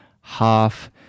half